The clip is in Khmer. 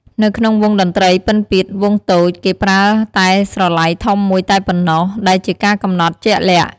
នៅក្នុងវង់តន្ត្រីពិណពាទ្យវង់តូច គេប្រើតែស្រឡៃធំមួយតែប៉ុណ្ណោះ ដែលជាការកំណត់ជាក់លាក់។